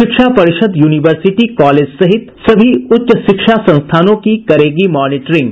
शिक्षा परिषद university college सहित सभी उच्च शिक्षा संस्थानों की करेगी मॉनिटरिंग